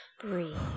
Breathe